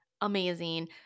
Amazing